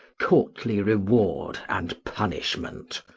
courtly reward and punishment.